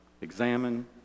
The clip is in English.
examine